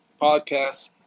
podcast